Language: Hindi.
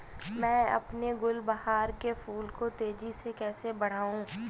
मैं अपने गुलवहार के फूल को तेजी से कैसे बढाऊं?